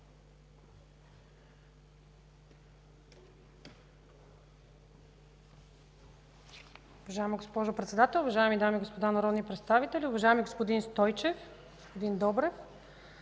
Уважаема госпожо Председател, уважаеми дами и господа народни представители, уважаеми господин Стойчев, уважаеми